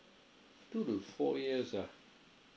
two to four years ah